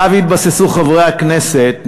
שעליו התבססו חברי הכנסת,